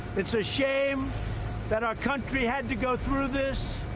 it's a shame that our country had to go through this.